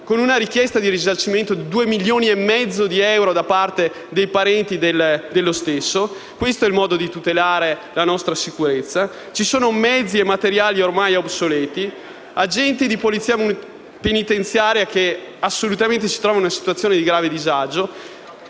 con una richiesta di risarcimento di 2,5 milioni di euro da parte dei parenti del deceduto: questo è il modo di tutelare la nostra sicurezza. Ci sono mezzi e materiali ormai obsoleti, agenti di polizia penitenziaria che si trovano in una situazione di grave disagio,